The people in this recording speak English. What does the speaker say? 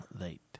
late